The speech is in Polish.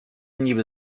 niby